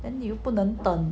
then 你又不能等